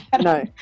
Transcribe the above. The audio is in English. No